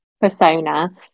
persona